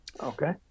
Okay